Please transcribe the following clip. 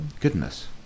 Goodness